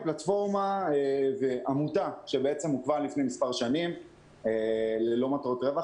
פלטפורמה ועמותה שהוקמה לפני מספר שנים ללא מטרות רווח.